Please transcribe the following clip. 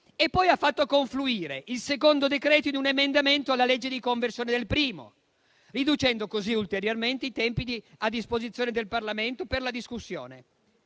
Poi ha fatto confluire il secondo decreto-legge in un emendamento alla legge di conversione del primo, riducendo così ulteriormente i tempi a disposizione del Parlamento per la discussione;